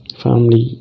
family